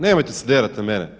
Nemojte se derat na mene.